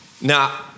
Now